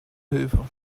hilfe